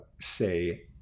say